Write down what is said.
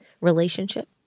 relationship